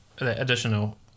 additional